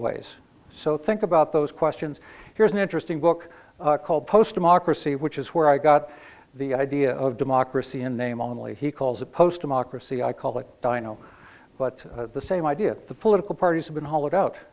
ways so think about those questions here's an interesting book called post democracy which is where i got the idea of democracy in name only he calls a post democracy i call it di no but the same idea at the political parties have been hollowed out